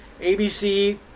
ABC